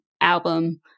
album